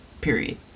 Period